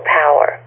power